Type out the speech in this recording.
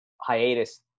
hiatus